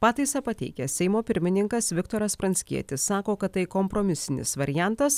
pataisą pateikęs seimo pirmininkas viktoras pranckietis sako kad tai kompromisinis variantas